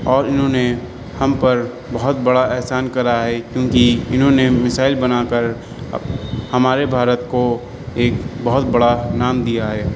اور انہوں نے ہم پر بہت بڑا احسان کرا ہے کیونکہ انہوں نے میسائل بنا کر ہمارے بھارت کو ایک بہت بڑا نام دیا ہے